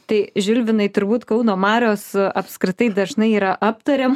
tai žilvinai turbūt kauno marios apskritai dažnai yra aptariamos